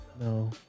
No